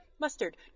mustard